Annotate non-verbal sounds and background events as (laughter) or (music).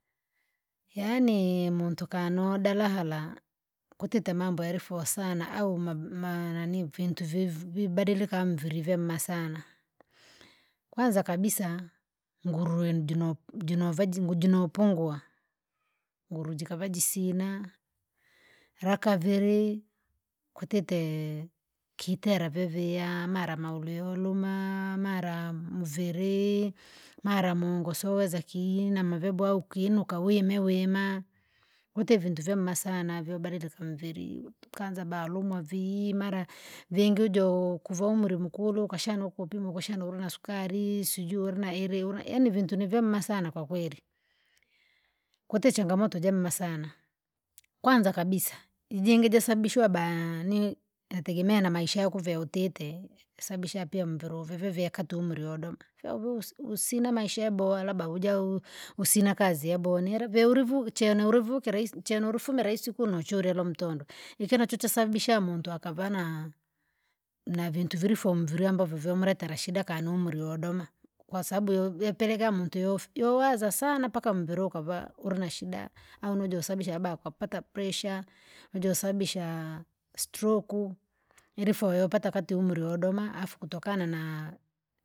Yaani muntu kano udara hara, kwatite mambo yarifoa sana au ma- maananii vintu vivu vibadilika mviri vyamema sana. Kwanza kabisa, ngurwe jino jinovaji ngujino nupungua, nguru jikavaji sina! Lakaviri, kwatite kitera vyavia, mara maurio youluma, mara mviri, mara mungu sioweza kii nama vyabowa au ukinuka wime wima. kuti vintu vyamema sana vii ubadilike umviri ut- kaanza balumwa vii mara vingi ujo- kuva umri mukulu ukashana nukupima ukashana nura na sukari sijui uri na uri yaani vintu nivyamema sana kwakweli. Kuti changamoto jamema sana, kwanza kabisa, ijingo josababishwa baa ni natagemea namaisha yako vyautite, sabisha pia mviri uvivia kati umri odoma, fyauvivu usi- usina maisha yabowa labda ujau usina kazi kazi yabowa nila vyaulivuu chena ulivikira isi- chene urifumira isikuno churya rwamtondo ikina chosababisha muntu akava na- navintu virifomu mviri ambavyo vyomuletera shida kanu umri udoma. Kwasabu yo yapelekea muntu yofu yowaza sana mpaka munviri ukava ulina shida au nujosababisha labda ukapata presha, nujosababisha (unintelligible) ilifoo yopata akati umri udoma afu kutokana naa.